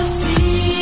see